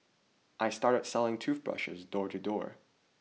I started selling toothbrushes door to door